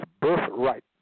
birthright